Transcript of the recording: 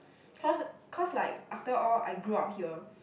cause cause like after all I grew up here